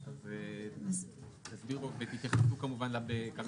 אז תסבירו ותתייחסו כמובן בקצרה